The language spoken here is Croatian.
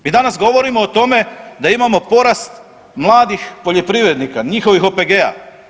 Mi danas govorimo o tome da imamo porast mladih poljoprivrednika njihovih OPG-a.